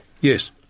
Yes